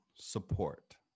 support